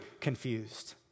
confused